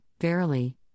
verily